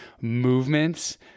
movements